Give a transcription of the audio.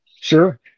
sure